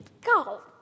Go